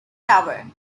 tower